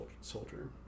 soldier